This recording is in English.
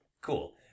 Cool